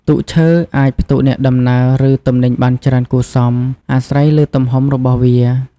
ទូកឈើអាច ផ្ទុកអ្នកដំណើរ ឬទំនិញបានច្រើនគួរសម អាស្រ័យលើទំហំរបស់វា ។